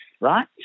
right